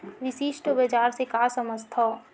विशिष्ट बजार से का समझथव?